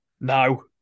No